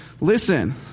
Listen